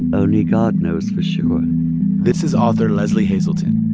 um only god knows for sure this is author lesley hazleton.